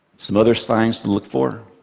some other signs to look for